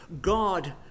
God